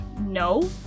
No